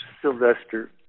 Sylvester